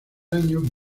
año